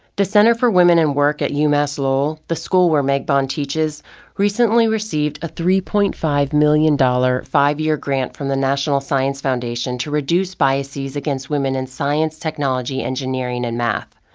the center for women in work at umass lowell the school where meg bond teaches recently received a three point five million dollar, five year grant from the national science foundation to reduce biases against women in science, technology, engineering and math.